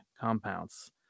Compounds